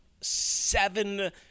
seven